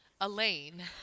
Elaine